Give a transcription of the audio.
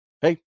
Hey